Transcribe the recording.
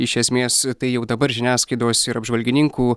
iš esmės tai jau dabar žiniasklaidos ir apžvalgininkų